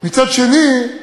מצד שני,